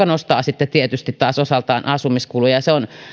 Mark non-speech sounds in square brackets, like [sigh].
[unintelligible] nostaa sitten tietysti taas osaltaan asumiskuluja se on